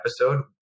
episode